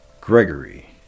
Gregory